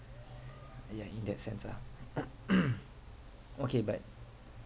yeah in that sense ah okay but